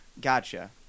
Gotcha